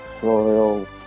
Soil